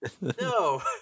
No